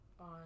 on